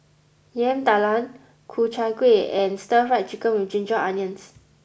Yam Talam Ku Chai Kueh and Stir Fried Chicken with Ginger Onions